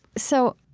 so,